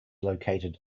located